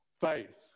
faith